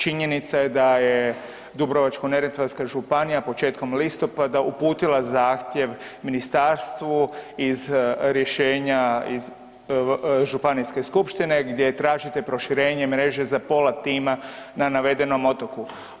Činjenica je da je Dubrovačko-neretvanska županija početkom listopada uputila zahtjev ministarstvu iz rješenja iz županijske skupštine gdje tražite proširenje mreže za pola tima na navedenom otoku.